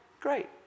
Great